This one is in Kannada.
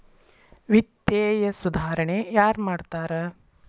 ವಿತ್ತೇಯ ಸುಧಾರಣೆ ಯಾರ್ ಮಾಡ್ತಾರಾ